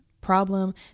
problem